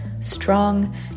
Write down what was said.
strong